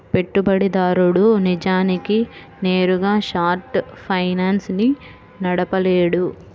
పెట్టుబడిదారుడు నిజానికి నేరుగా షార్ట్ ఫైనాన్స్ ని నడపలేడు